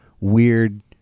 weird